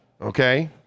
okay